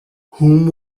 whom